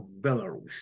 belarus